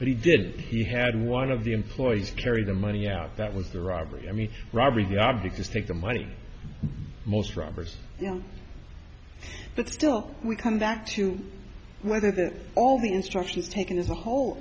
but he did he had one of the employees carry the money out that was the robbery i mean robbery the object is take the money most robbers yeah but still we come back to whether that all the instructions taken as a whole